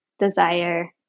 desire